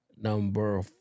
Number